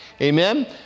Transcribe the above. Amen